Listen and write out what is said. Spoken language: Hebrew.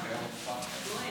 נסתרות דרכי